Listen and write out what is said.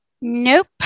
Nope